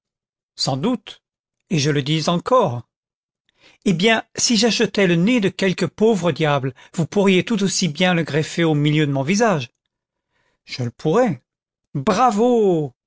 sans doute et je le dis encore eh bien si j'achetais le nez de quelque pauvre diable vous pourriez tout aussi bie la greffer au milieu de mon visage je le pourrais bravo